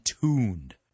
tuned